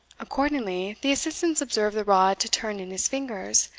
accordingly, the assistants observed the rod to turn in his fingers,